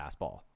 fastball